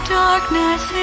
darkness